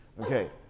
Okay